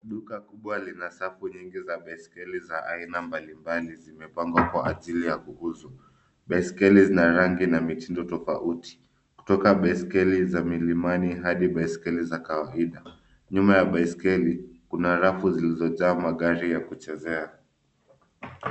Duka kubwa lina safu nyingi za baiskeli za aina mbalimbali. Zimepangwa kwa ajili ya kuuzwa. Baiskeli zina rangi na mitindo tofauti, kutoka baiskeli za milimani hadi baiskeli za kawaida. Nyuma ya baiskeli kuna rafu zilizojaa magari ya kuchezea.